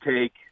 take